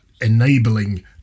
enabling